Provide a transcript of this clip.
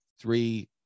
three